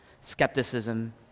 skepticism